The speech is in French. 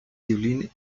yvelines